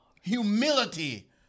humility